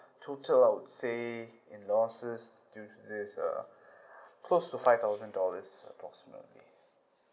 total I would say in losses due to this uh close to five thousand dollars approximately